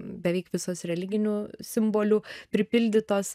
beveik visos religinių simbolių pripildytos